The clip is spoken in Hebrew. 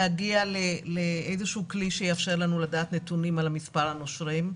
להגיע לאיזשהו כלי שיאפשר לנו לדעת נתונים על מספר הנושרים,